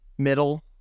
Middle